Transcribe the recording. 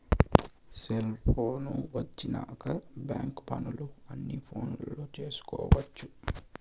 cellphone వచ్చినాక bank పనులు అన్ని ఫోనులో చేసుకొవచ్చు